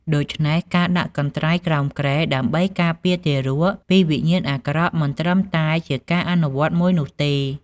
ដូច្នេះ ការដាក់កន្ត្រៃក្រោមគ្រែដើម្បីការពារទារកពីវិញ្ញាណអាក្រក់មិនត្រឹមតែជាការអនុវត្តមួយនោះទេ។